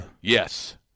Yes